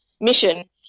mission